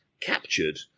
captured